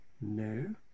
No